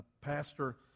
pastor